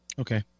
Okay